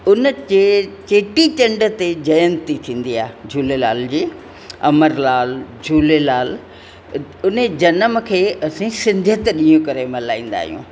उन जे चेटी चंड ते जयंती थींदी आहे झूलेलाल जी अमरलाल झूलेलाल उने जनम खे असां सिंधियत ॾींहं करे मल्हाईंदा आहियूं